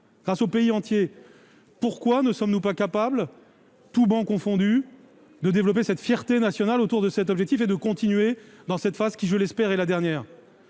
grâce au pays entier. Pourquoi ne sommes-nous pas capables, toutes travées confondues, de développer une fierté nationale autour de ce bilan et de continuer dans cette phase, qui sera, je l'espère, la dernière ?